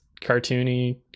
cartoony